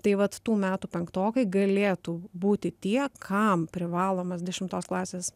tai vat tų metų penktokai galėtų būti tie kam privalomas dešimtos klasės